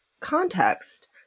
context